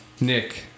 Nick